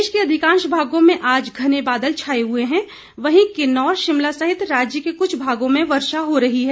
प्रदेश के अधिकांश भागों में आज घने बादल छाए हुए हैं वहीं किन्नौर शिमला सहित प्रदेश के कुछ भागों में वर्षा हो रही है